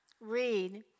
read